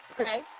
Okay